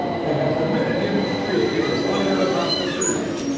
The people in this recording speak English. they had permitted him freely to wander about the prison,